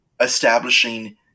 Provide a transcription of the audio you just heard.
establishing